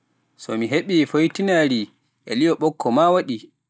So mi heɓii foytinaari, e li'o ɓokko maa waɗii.